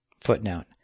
Footnote